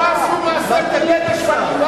לך עשו מעשה פילגש בגבעה.